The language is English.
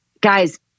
guys